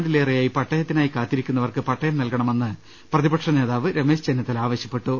ണ്ടിലേറെയായി പട്ടയത്തിനായി കാത്തിരിക്കുന്നവർക്ക് പട്ടയം നൽകണമെന്ന് പ്രതി പക്ഷ നേതാവ് രമേശ് ചെന്നിത്തല ആവശ്യപ്പെട്ടു